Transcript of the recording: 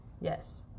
Yes